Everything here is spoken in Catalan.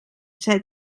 set